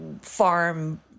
farm